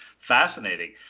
fascinating